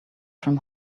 from